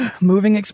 Moving